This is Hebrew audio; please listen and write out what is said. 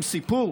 סיפור